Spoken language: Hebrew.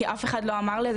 כי אף אחד לא אמר לי.